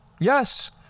Yes